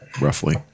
roughly